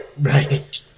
Right